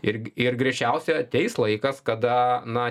ir ir greičiausiai ateis laikas kada na